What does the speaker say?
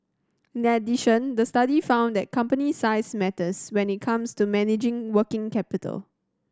in addition the study found that company size matters when it comes to managing working capital